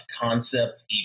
concept